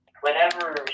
whenever